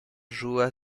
joua